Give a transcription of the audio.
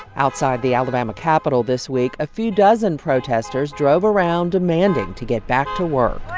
outside the alabama capitol this week, a few dozen protesters drove around demanding to get back to work